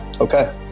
Okay